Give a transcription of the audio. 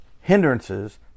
hindrances